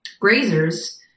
grazers